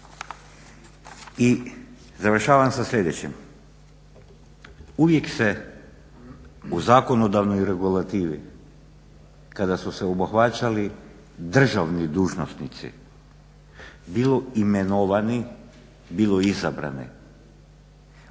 I završavam sa sljedećim, uvijek se u zakonodavnoj regulativi, kada su se obuhvaćali državni dužnosnici, bilo imenovani, bilo izabrani